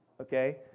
okay